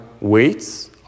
weights